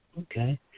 Okay